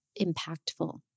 impactful